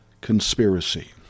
conspiracy